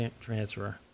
transfer